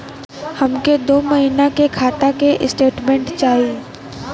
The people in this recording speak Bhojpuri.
हमके दो महीना के खाता के स्टेटमेंट चाही?